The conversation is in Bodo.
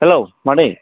हेल' मादै